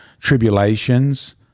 tribulations